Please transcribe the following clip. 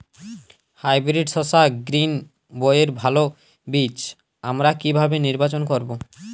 Hybrid শসা গ্রীনবইয়ের ভালো বীজ আমরা কিভাবে নির্বাচন করব?